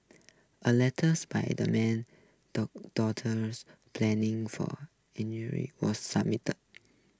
a letters by the man daughters planing for was